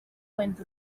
wenda